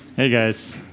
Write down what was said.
hey guys.